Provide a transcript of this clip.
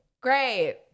Great